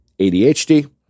ADHD